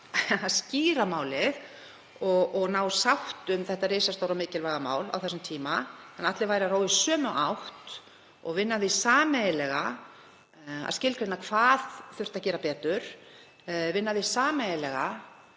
að skýra og ná sátt um þetta risastóra og mikilvæga mál á þessum tíma þannig að allir væru að róa í sömu átt og vinna að því sameiginlega að skilgreina hvað þyrfti að gera betur, vinna að því sameiginlega